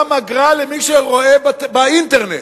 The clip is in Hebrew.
גם אגרה למי שרואה באינטרנט,